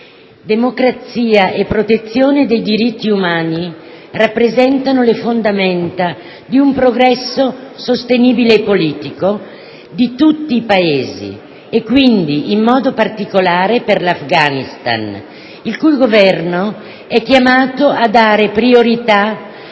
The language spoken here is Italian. democrazia e protezione dei diritti umani rappresentano le fondamenta di un progresso sostenibile e politico di tutti i Paesi e quindi, in modo particolare, per l'Afghanistan, il cui Governo è chiamato a dare priorità